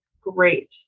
Great